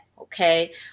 Okay